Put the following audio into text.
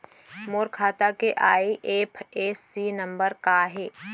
मोर खाता के IFSC number का हे?